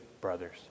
brothers